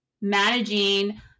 managing